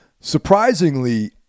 Surprisingly